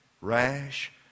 rash